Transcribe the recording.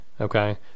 okay